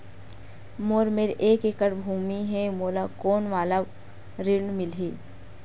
मोर मेर एक एकड़ भुमि हे मोला कोन वाला ऋण मिलही?